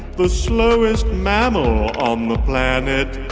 the slowest mammal on the planet,